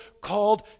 called